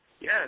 yes